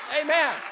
Amen